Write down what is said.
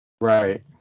right